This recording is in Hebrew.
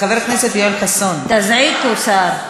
תזעיקו שר.